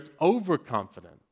overconfident